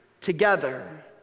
together